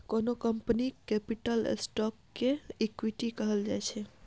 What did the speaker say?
कोनो कंपनीक capital stock केँ इक्विटी कहल जाइ छै